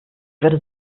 würde